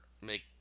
make